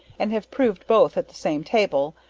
and have proved both at the same table,